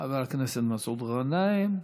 חבר הכנסת מסעוד גנאים.